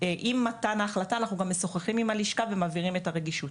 עם מתן ההחלטה אנחנו גם משוחחים עם הלשכה ומבהירים את הרגישות.